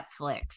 Netflix